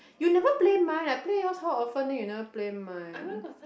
you never play mine I play yours so often then you never play mine